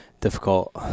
difficult